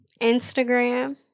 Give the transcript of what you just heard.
instagram